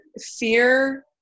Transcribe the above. fear